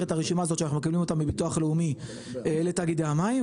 את הרשימה הזאת שאנחנו מקבלים אותה בביטוח לאומי לתאגידי המים.